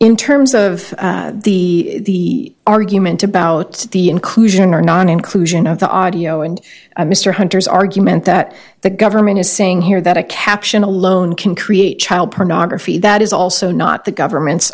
in terms of the argument about the inclusion or non inclusion of the audio and mr hunter's argument that the government is saying here that a caption alone can create a child pornography that is also not the government's